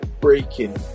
breaking